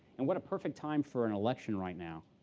and what a perfect time for an election right now,